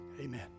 amen